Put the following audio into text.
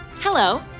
Hello